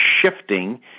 shifting